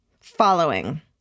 Following